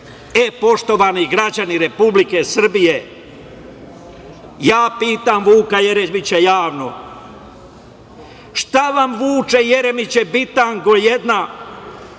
citat. Poštovani građani Republike Srbije, ja pitam Vuka Jeremića javno - šta vam, Vuče Jeremiću, bitango jedna,